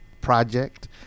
project